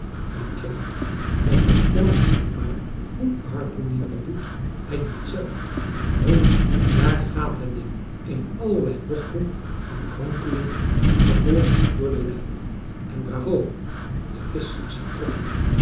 want ja hij vertelt niet maar hoe de harpoenier dat doet hij doet het zelf roef daar gaat het ding in allerlei bochten en kronkelingen gevolgd door de lijn en bravo de visch is getroffen